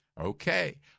Okay